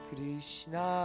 Krishna